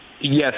Yes